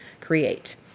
create